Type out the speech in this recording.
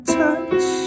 touch